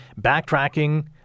backtracking